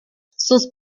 sus